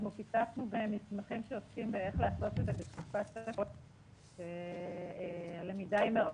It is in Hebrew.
אנחנו פיתחנו --- שעוסקים באיך לעשות את זה בתקופה שהלמידה היא מרחוק,